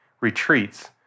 retreats